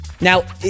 Now